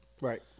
Right